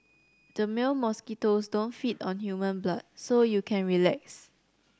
the male mosquitoes don't feed on human blood so you can relax